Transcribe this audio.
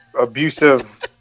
abusive